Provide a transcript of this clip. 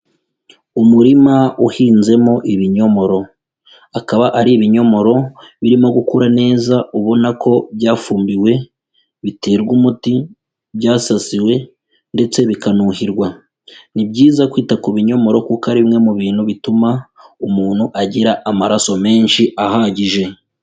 Umurima uhinzemo ibinyomoro, akaba ari ibinyomoro birimo gukura neza ubona ko byafumbiwe, biterwa umuti, byasasiwe ndetse bikanuhirwa, ni byiza kwita ku binyomoro kuko ari bimwe mu bintu bituma umuntu agira amaraso menshi ahagije.